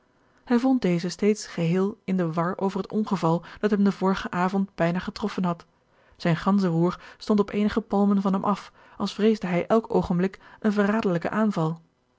hij vond dezen steeds geheel in den war over het ongeval dat hem den vorigen avond bijna getroffen had zijn ganzenroer stond op eenige palmen van hem af als vreesde hij elk oogenblik een verraderlijken aanval